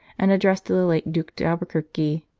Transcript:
and addressed to the late duke d albuquerque.